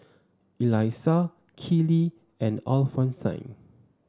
Elisa Keely and Alphonsine